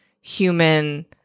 human